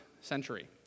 century